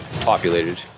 populated